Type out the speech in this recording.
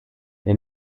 der